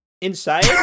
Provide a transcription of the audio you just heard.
inside